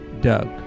Doug